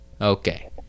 Okay